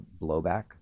blowback